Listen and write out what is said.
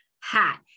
hat